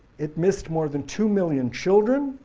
it missed more than two million children,